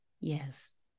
Yes